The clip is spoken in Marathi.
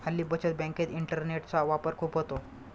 हल्ली बचत बँकेत इंटरनेटचा वापर खूप होतो